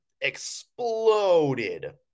exploded